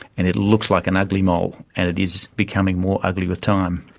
and it looks like an ugly mole, and it is becoming more ugly with time.